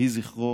יהי זכרו